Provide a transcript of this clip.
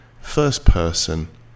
first-person